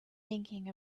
thinking